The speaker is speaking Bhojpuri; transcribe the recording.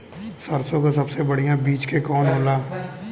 सरसों क सबसे बढ़िया बिज के कवन होला?